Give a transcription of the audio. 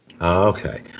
okay